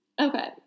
Okay